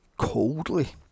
coldly